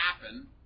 happen